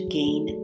gain